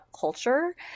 culture